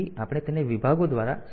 તેથી આપણે તેને વિભાગો દ્વારા સમજાવીશું